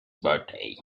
birthday